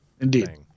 Indeed